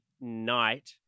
night